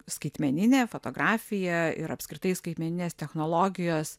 skaitmeninė fotografija ir apskritai skaitmeninės technologijos